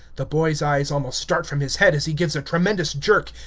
the boy's eyes almost start from his head as he gives a tremendous jerk,